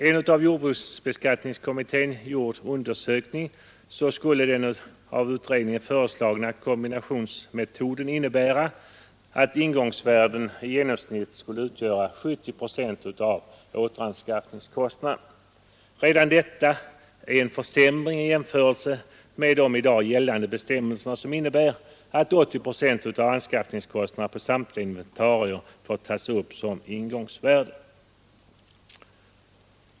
Enligt en av jordbruksbeskattningskommittén gjord undersökning skulle den av utredningen föreslagna kombinationsmetoden innebära att ingångsvärden i genomsnitt skulle utgöra 70 procent av återanskaffningskostnaden. Redan detta är en försämring i jämförelse med de i dag gällande bestämmelserna, som innebär att 80 procent av återanskaffningskostnaderna för samtliga inventarier får tas upp som ingångsvärden.